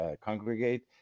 congregate